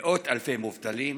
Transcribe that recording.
מאות אלפי מובטלים,